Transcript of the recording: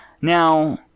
Now